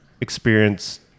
experience